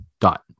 dot